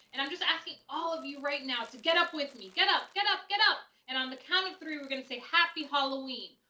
and i'm just asking all of you right now to get up with me, get up, get up, get up and on the count of three, we're gonna say happy halloween.